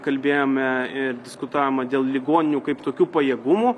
kalbėjome diskutavome dėl ligoninių kaip tokių pajėgumų